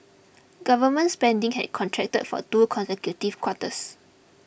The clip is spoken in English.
government spending had contracted for two consecutive quarters